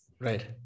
Right